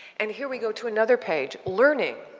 and here we go to another page. learning,